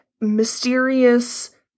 mysterious